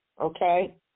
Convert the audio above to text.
Okay